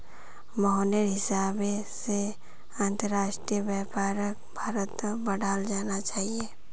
मोहनेर हिसाब से अंतरराष्ट्रीय व्यापारक भारत्त बढ़ाल जाना चाहिए